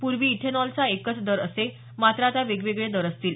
पूर्वी इथेनॉलचा एकच दर असे मात्र आता वेगवेगळे दर असतील